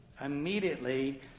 immediately